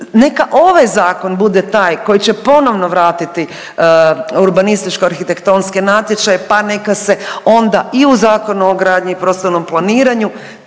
Neka ovaj zakon bude taj koji će ponovno vratiti urbanističko-arhitektonske natječaje pa neka se onda i u Zakonu o gradnji i prostornom planiranju